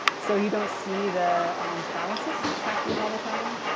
so you don't see the paralysis that's happening all the time